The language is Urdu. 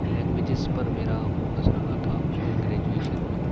لینگویجز پر میرا فوکس رہا تھا گریجویشن میں